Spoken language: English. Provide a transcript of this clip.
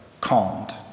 calmed